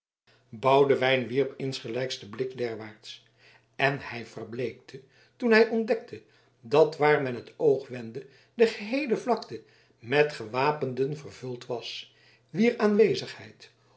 boudewijn wierp insgelijks den blik derwaarts en hij verbleekte toen hij ontdekte dat waar men het oog wendde de geheele vlakte met gewapenden vervuld was wier aanwezigheid